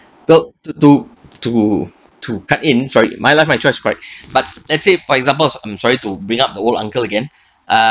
built to do to to pack in sorry my life my choice correct but let's say for example I'm sorry to bring up the old uncle again uh